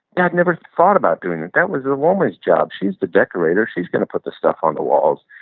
dad never thought about doing it. that was a woman's job. she's the decorator. she's going to put the stuff on the walls.